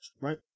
right